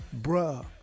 bruh